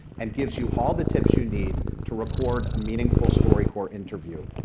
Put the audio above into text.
and gives you all the tips you need to record a meaningful storycorps interview,